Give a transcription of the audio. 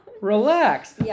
Relax